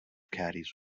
caddies